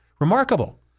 remarkable